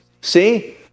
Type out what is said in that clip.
See